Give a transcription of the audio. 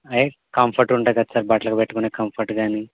comfort ఉంటుంది కదా sir బట్టలకి పెట్టుకునే కంఫర్ట్ కానీ